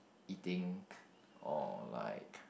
eating or like